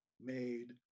made